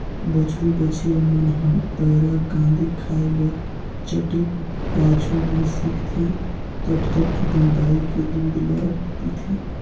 बछरु बछिया मन ह पैरा, कांदी खाए बर चटिक पाछू में सीखथे तब तक अपन दाई के दूद ल पीथे